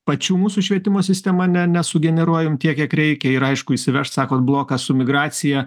pačių mūsų švietimo sistema ne ne nesugeneruojam tiek kiek reikia ir aišku įsivežt sakot bloką su migracija